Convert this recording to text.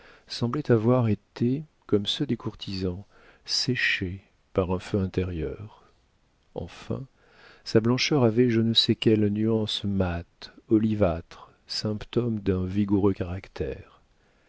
semblaient avoir été comme ceux des courtisans séchés par un feu intérieur enfin sa blancheur avait je ne sais quelle nuance mate olivâtre symptôme d'un vigoureux caractère